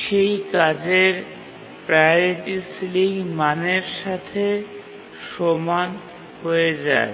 সেই কাজের priority ceiling মানের সাথে সমান হয়ে যায়